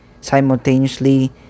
simultaneously